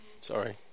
Sorry